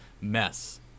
mess